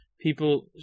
people